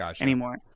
anymore